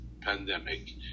pandemic